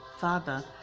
father